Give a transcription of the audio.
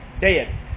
dead